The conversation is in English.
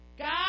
God